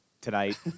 tonight